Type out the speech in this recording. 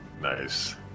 Nice